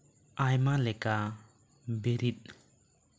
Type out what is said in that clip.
ᱟᱭᱢᱟ ᱞᱮᱠᱟ ᱵᱤᱨᱤᱫ